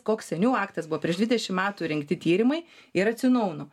koks seniau aktas buvo prieš dvidešimt metų rengti tyrimai ir atsinaujino